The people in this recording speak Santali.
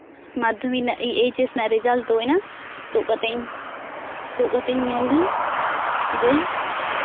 ᱢᱟᱫᱽᱫᱷᱚᱢᱤᱠ ᱨᱮᱱᱟᱭ ᱮᱭᱤᱪ ᱮᱥ ᱨᱮᱱᱟᱜ ᱨᱮᱡᱟᱞᱴ ᱛᱩᱫ ᱮᱱᱟ ᱛᱩᱫ ᱠᱟᱛᱮᱫ ᱤᱧ ᱛᱩᱫ ᱠᱟᱛᱮ ᱤᱧ ᱧᱮᱞᱫᱟ ᱡᱮ